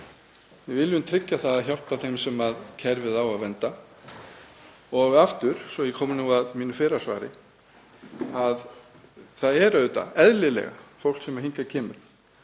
Við viljum tryggja það að hjálpa þeim sem kerfið á að vernda. Og aftur, svo að ég komi nú að mínu fyrra svari, að það er auðvitað, eðlilega, fólk sem hingað kemur